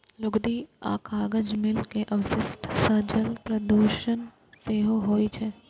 लुगदी आ कागज मिल के अवशिष्ट सं जल प्रदूषण सेहो होइ छै